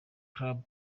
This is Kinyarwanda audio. club